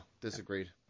disagreed